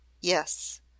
Yes